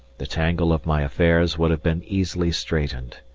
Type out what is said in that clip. the tangle of my affairs would have been easily straightened.